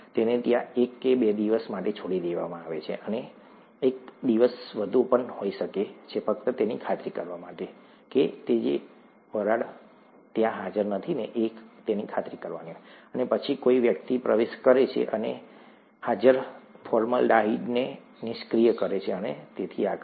તેને ત્યાં એક કે બે દિવસ માટે છોડી દેવામાં આવે છે અને એક દિવસ વધુ હોઈ શકે છે ફક્ત તેની ખાતરી કરવા માટે કે કોઈ પણ વરાળ હાજર નથી અને પછી કોઈ વ્યક્તિ પ્રવેશ કરે છે અને હાજર ફોર્મલ્ડિહાઇડને નિષ્ક્રિય કરે છે અને તેથી આગળ